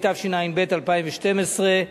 התשע"ב 2012,